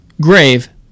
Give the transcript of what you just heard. Grave